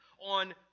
On